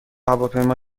هواپیما